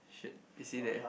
shit is he there